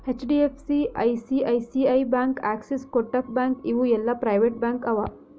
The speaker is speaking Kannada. HDFC, ICICI bank, Axis, Kotak bank ಇವು ಎಲ್ಲಾ ಪ್ರೈವೇಟ್ ಬ್ಯಾಂಕ್ ಅವಾ